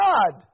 God